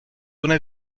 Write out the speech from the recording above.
una